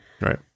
right